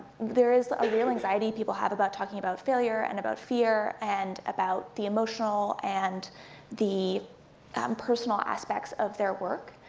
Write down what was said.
there is a real anxiety people have about talking about failure, and about fear, and about the emotional, and the um personal aspects of their work,